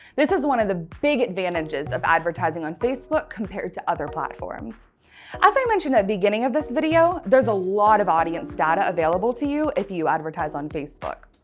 this is one of the big advantages of advertising on facebook compared to other platforms. as i mentioned at the beginning of this video, there's a lot of audience data available to you if you advertise on facebook.